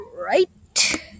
right